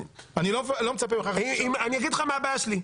אני לא מצפה ממך --- אני אגיד לך מה הבעיה שלי: